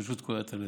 פשוט קורע את הלב.